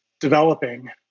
developing